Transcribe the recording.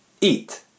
eat